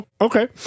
okay